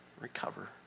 recover